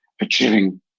achieving